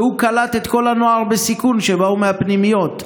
והוא קלט את כל הנוער בסיכון שבא מהפנימיות.